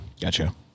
Gotcha